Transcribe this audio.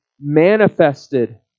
manifested